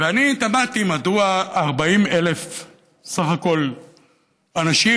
ואני תמהתי מדוע בסך הכול 40,000 אנשים,